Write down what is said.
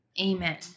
Amen